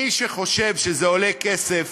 מי שחושב שזה עולה כסף,